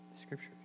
Scripture